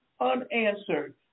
unanswered